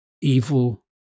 evil